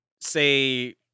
say